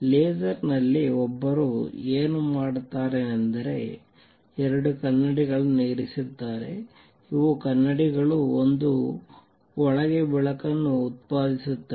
ಲೇಸರ್ನಲ್ಲಿ ಒಬ್ಬರು ಏನು ಮಾಡುತ್ತಾರೆಂದರೆ ಎರಡು ಕನ್ನಡಿಗಳನ್ನು ಇರಿಸುತ್ತದೆ ಇವು ಕನ್ನಡಿಗಳು ಮತ್ತು ಒಳಗೆ ಬೆಳಕನ್ನು ಉತ್ಪಾದಿಸುತ್ತವೆ